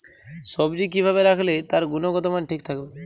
সবজি কি ভাবে রাখলে তার গুনগতমান ঠিক থাকবে?